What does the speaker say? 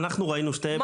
אנחנו ראינו שתי --- דקה.